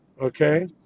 okay